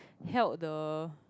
held the